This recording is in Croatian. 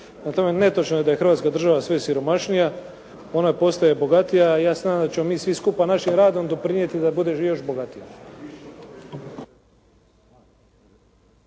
tome netočno je da je Hrvatska država sve siromašnija. Ona postaje bogatija. Ja se nadam da ćemo mi svi skupa našim radom doprinijeti da bude još bogatija.